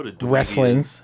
wrestling